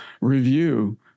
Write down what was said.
review